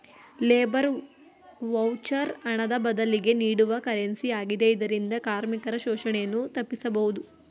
labour voucher ಹಣದ ಬದಲಿಗೆ ನೀಡುವ ಕರೆನ್ಸಿ ಆಗಿದೆ ಇದರಿಂದ ಕಾರ್ಮಿಕರ ಶೋಷಣೆಯನ್ನು ತಪ್ಪಿಸಬಹುದು